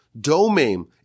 domain